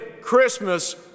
Christmas